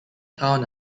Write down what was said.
town